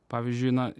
pavyzdžiui na